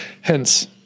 hence